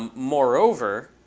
um moreover,